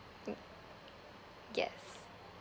mm yes